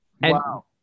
Wow